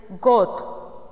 God